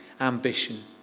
ambition